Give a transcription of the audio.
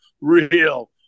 real